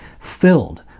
filled